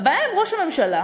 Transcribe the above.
הבעיה עם ראש הממשלה,